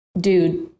dude